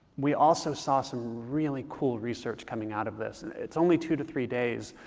we also saw some really cool research coming out of this. it's only two to three days